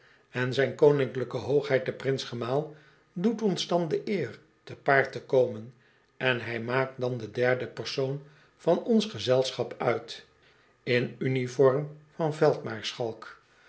en zijn koninklijke hoogheid de prins gemaal doet ons dan de eer te paard te komen en hij maakt dan den derden persoon van ons gezelschap uit in uniform van